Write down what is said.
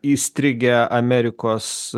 įstrigę amerikos